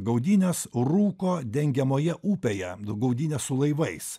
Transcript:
gaudynės rūko dengiamoje upėje gaudynės su laivais